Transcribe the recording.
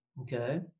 Okay